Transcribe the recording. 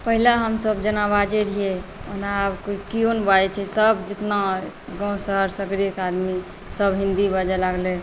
पहिले हमसब जेना बाजै रहिए ओना आब केओ नहि बाजै छै सब जतना गाँव शहर सगरेके आदमीसब हिन्दी बाजै लागलै